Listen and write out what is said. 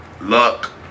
luck